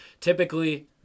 Typically